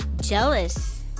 jealous